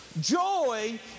Joy